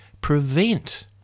prevent